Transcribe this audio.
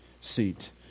seat